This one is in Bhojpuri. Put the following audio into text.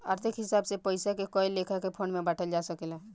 आर्थिक हिसाब से पइसा के कए लेखा के फंड में बांटल जा सकेला